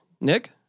Nick